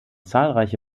zahlreiche